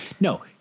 No